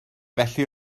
felly